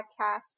podcast